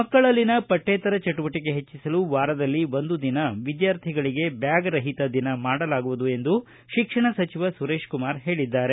ಮಕ್ಕಳಲ್ಲಿನ ಪಠ್ಯೇತರ ಚಟುವಟಿಕೆ ಹೆಚ್ಚಿಸಲು ವಾರದಲ್ಲಿ ಒಂದು ದಿನ ವಿದ್ಯಾರ್ಥಿಗಳಿಗೆ ಬ್ಯಾಗ್ ರಹಿತ ದಿನ ಮಾಡಲಾಗುವುದು ಎಂದು ಶಿಕ್ಷಣ ಸಚಿವ ಸುರೇಶ್ ಕುಮಾರ್ ಹೇಳಿದ್ದಾರೆ